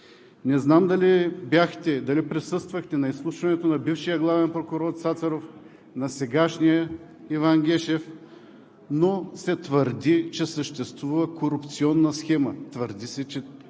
Не знам дали присъствахте на изслушването на бившия главен прокурор Цацаров, на сегашния –Иван Гешев, но се твърди, че съществува корупционна схема. Твърди се, че